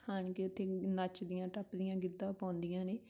ਆਣ ਕੇ ਉਥੇ ਨੱਚਦੀਆਂ ਟੱਪਦੀਆਂ ਗਿੱਧਾ ਪਾਉਂਦੀਆਂ ਨੇ